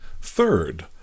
Third